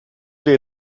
dei